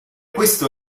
questo